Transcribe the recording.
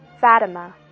Fatima